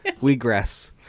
We-gress